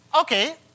Okay